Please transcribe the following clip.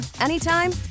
anytime